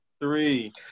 three